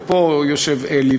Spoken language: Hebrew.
ופה יושב אלי,